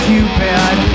Cupid